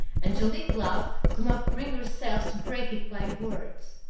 and julia cloud could not bring herself to break it by words.